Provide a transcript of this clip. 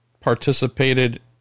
participated